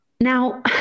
Now